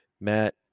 Matt